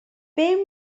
beth